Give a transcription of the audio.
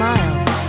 Miles